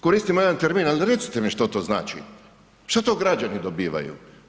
Koristimo jedan termin ali recite mi što to znači, što to građani dobivaju?